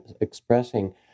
expressing